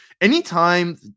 anytime